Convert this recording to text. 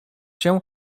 się